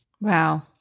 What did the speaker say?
Wow